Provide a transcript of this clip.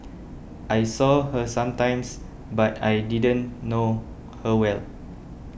I saw her sometimes but I didn't know her well